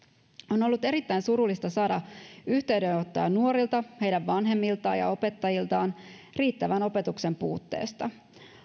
on ollut erittäin surullista saada yhteydenottoja nuorilta heidän vanhemmiltaan ja opettajiltaan riittävän opetuksen puutteesta